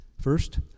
First